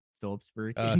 Phillipsburg